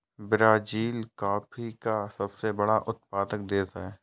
Brazil coffee का सबसे बड़ा उत्पादक देश है